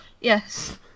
Yes